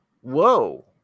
Whoa